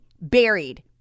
buried